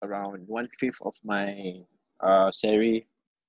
around one fifth of my uh salary